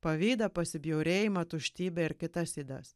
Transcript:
pavydą pasibjaurėjimą tuštybę ir kitas ydas